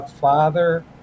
Father